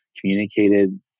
communicated